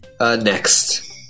Next